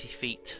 feet